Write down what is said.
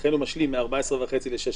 לכן הוא משלים מ-14,500 ל-16,000,